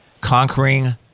Conquering